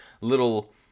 little